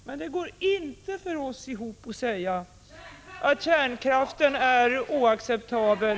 Men det går för oss inte ihop att säga att kärnkraften är oacceptabel...